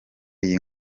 iyi